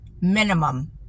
minimum